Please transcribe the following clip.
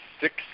six